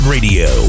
Radio